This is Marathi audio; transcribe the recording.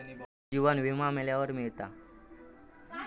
जीवन विमा मेल्यावर मिळता